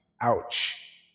Ouch